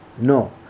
No